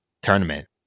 Tournament